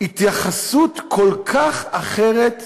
התייחסות כל כך אחרת לים,